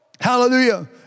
Hallelujah